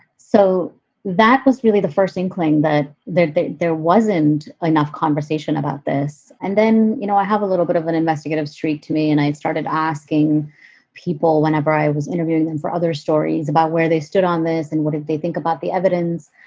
so that was really the first inkling that that there wasn't enough conversation about this. and then you know i have a little bit of an investigative streak to me. and i started asking people whenever i was interviewing them for other stories about where they stood on this and what did they think about the evidence.